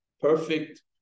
perfect